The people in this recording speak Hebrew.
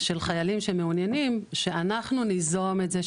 של חיילים שמעוניינים שאנחנו ניזום את זה,